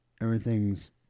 everything's